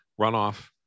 runoff